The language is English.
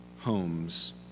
homes